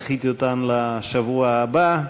דחיתי אותן לשבוע הבא,